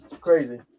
Crazy